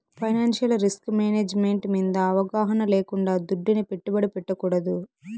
financial risk management మింద అవగాహన లేకుండా దుడ్డుని పెట్టుబడి పెట్టకూడదు